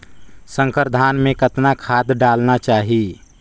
संकर धान मे कतना खाद डालना चाही?